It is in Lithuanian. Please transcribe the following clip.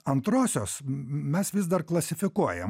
antrosios mes vis dar klasifikuojamam